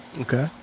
Okay